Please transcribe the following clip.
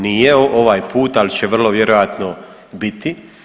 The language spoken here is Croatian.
Nije ovaj put ali će vrlo vjerojatno biti.